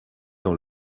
dans